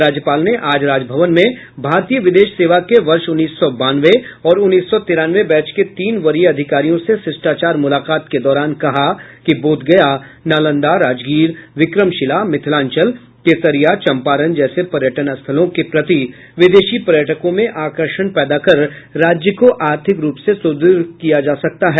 राज्यपाल ने आज राजभवन में भारतीय विदेश सेवा के वर्ष उन्नीस सौ बानवे और उन्नीस सौ तिरानवे बैच के तीन वरीय अधिकारियों से शिष्टाचार मुलाकात के दौरान कहा कि बोधगया नालंदा राजगीर विक्रमशिला मिथिलांचल केसरिया चम्पारण जैसे पर्यटन स्थलों के प्रति विदेशी पर्यटकों में आकर्षण पैदा कर राज्य को आर्थिक रूप से सुद्रढ़ किया जा सकता है